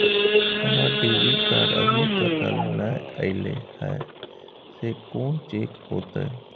हमर debit card अभी तकल नय अयले हैं, से कोन चेक होतै?